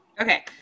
Okay